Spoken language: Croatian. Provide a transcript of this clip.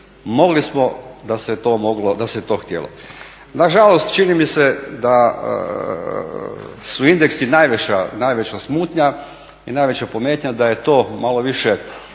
mogli smo da se to htjelo. Nažalost čini mi se da su indeksi najveća smutnja i najveća pometnja da je to malo više